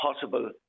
possible